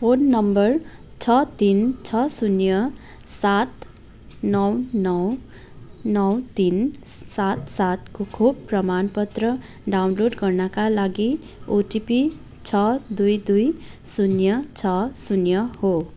phone number छ तिन छ शून्य सात नौ नौ नौ तिन सात सात को खोप प्रमाणपत्र डाउनलोड गर्नाका लागि ओटिपी छ दुई दुई शून्य छ शून्य हो